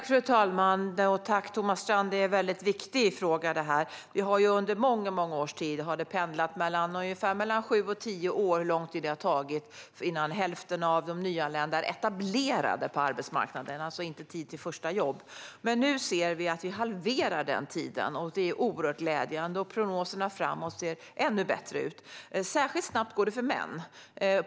Fru talman! Tack, Thomas Strand! Detta är en väldigt viktig fråga. Under många år har tiden innan hälften av de nyanlända är etablerade på arbetsmarknaden, alltså inte tiden till första jobbet, pendlat mellan sju och tio år. Nu ser vi att vi halverar den tiden, och det är oerhört glädjande. Prognoserna framåt ser ännu bättre ut. Särskilt snabbt går det för män.